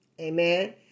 Amen